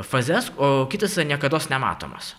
fazes o kitas yra niekados nematomas